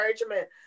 encouragement